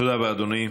תודה רבה, אדוני.